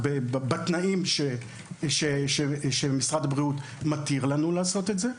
בתנאים שמשרד הבריאות מתיר לנו לעשות את זה.